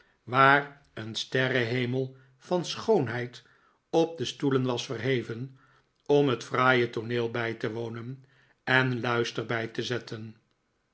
zijdeur waareen sterrenhemel van schoonheid op de stoelen was verheven om het fraaie tooneel bij te wonen en luister bij te zetten